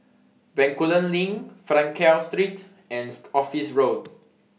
Bencoolen LINK Frankel Street and Office Road